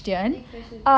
next question